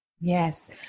yes